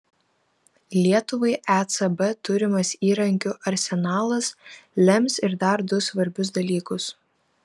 lietuvai ecb turimas įrankių arsenalas lems ir dar du svarbius dalykus